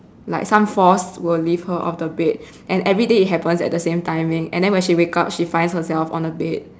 like some force will lift her off the bed and everyday it happens at the same timing and then when she wake up she finds herself on the bed